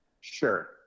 Sure